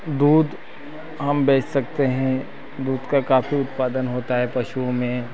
दूध हम बेच सकते हैं दूध का काफी उत्पादन होता है पशुओं में